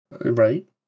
Right